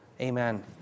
Amen